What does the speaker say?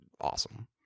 awesome